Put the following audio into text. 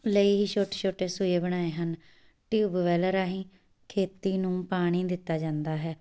ਲਈ ਹੀ ਛੋਟੇ ਛੋਟੇ ਸੂਏ ਬਣਾਏ ਹਨ ਟਿਊਬਵੈਲ ਰਾਹੀਂ ਖੇਤੀ ਨੂੰ ਪਾਣੀ ਦਿੱਤਾ ਜਾਂਦਾ ਹੈ